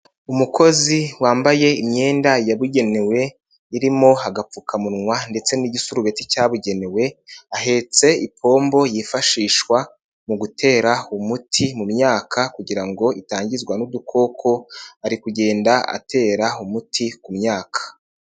Imukozi wambaye imyenda yabugenewe irimo hagapfukamunwa ndetse n'igisurubeti cyabugenewe, ahetse ipombo yifashishwa mu gutera umuti mu myaka kugira ngo itangizwa n'udukoko, ari kugenda atera umuti ku myaka.